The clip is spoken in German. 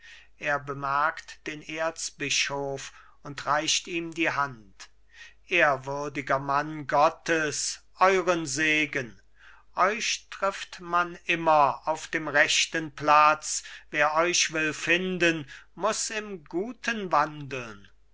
er bemerkt den erzbischof und reicht ihm die hand ehrwürdger mann gottes euren segen euch trifft man immer auf dem rechten platz wer euch will finden muß im guten wandeln